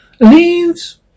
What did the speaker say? leaves